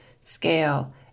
scale